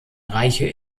reiche